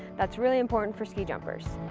that's really important for ski jumpers.